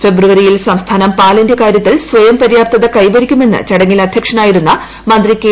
ഫെബ്രുവരിയിൽ സംസ്ഥാനം പാലിന്റെ കാര്യത്തിൽ സ്വയംപര്യാപ്ത കൈവരിക്കുമെന്ന് ചടങ്ങിൽ അധ്യക്ഷനായിരുന്ന മന്ത്രി കെ